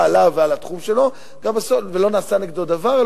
עליו ועל התחום שלו ולא נעשה נגדו דבר,